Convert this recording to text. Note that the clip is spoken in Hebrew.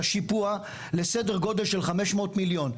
את השיפוע לסדר גודל של 500 מיליון.